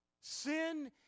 Sin